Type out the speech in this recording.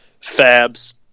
Fabs